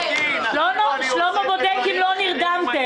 האם יש צורך בזרוע ביצוע או אין צורך בזרוע ביצוע.